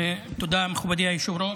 תודה, מכובדי היושב-ראש.